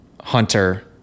Hunter